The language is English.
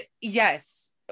Yes